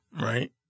right